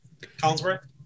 Collinsburg